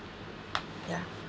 yeah